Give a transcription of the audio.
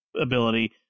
ability